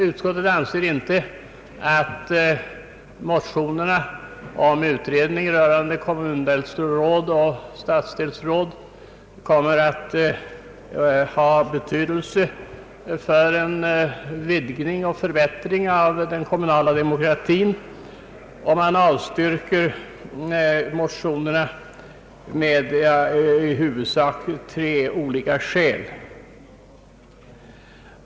Utskottet anser emellertid inte att motionerna om en utredning rörande inrättande av kommundelsråd och stadsdelsråd kommer att ha betydelse för en vidgning och förbättring av den kommunala demokratin. Utskottet avstyrker därför motionerna av i huvudsak tre olika skäl.